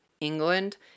England